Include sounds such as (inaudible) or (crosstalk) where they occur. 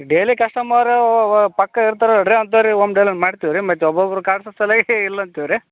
daily customer ವ ವ ಪಕ್ಕ ಇರ್ತಾರಲ್ಲ ರೀ ಅಂಥೋರಿಗೆ ಓಮ್ ಡೆಲ್ರಿ ಮಾಡ್ತೀವಿ ರೀ ಮತ್ತು ಒಬ್ಬೊಬ್ರು (unintelligible) ಇಲ್ಲ ಅಂತೀವಿ ರೀ